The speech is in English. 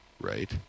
right